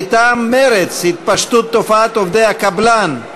מטעם מרצ, התפשטות תופעת עובדי הקבלן.